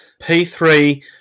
P3